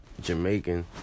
Jamaican